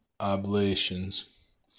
oblations